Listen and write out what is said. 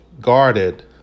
guarded